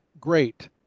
great